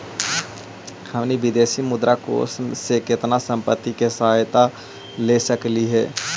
हमनी विदेशी मुद्रा कोश से केतना संपत्ति के सहायता ले सकलिअई हे?